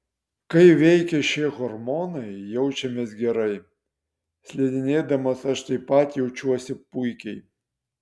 kai veikia šie hormonai jaučiamės gerai slidinėdamas aš taip pat jaučiausi puikiai